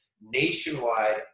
nationwide